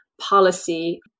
policy